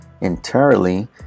entirely